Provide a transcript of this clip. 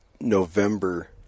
November